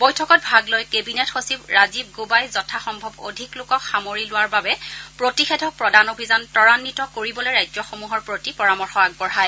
বৈঠকত ভাগ লৈ কেৱিনেট সচিব ৰাজীৱ গোবাই যথা সম্ভৱ অধিক লোকক সামৰি লোৱাৰ বাবে প্ৰতিষেধক প্ৰদান অভিযান তৰান্নিত কৰিবলৈ ৰাজ্যসমূহৰ প্ৰতি পৰামৰ্শ আগবঢ়ায়